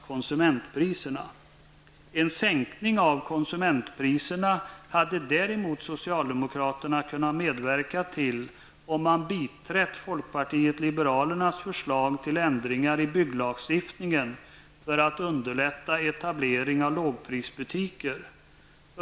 Socialdemokraterna hade däremot kunna medverkat till en sänkning av konsumentpriserna om man biträtt folkpartiet liberalernas förslag till ändringar i bygglagstiftningen för att underlätta etablering av lågprisbutiker.